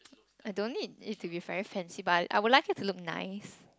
I don't need it to be very fancy but I I would like it to look nice